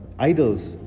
Idols